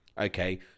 Okay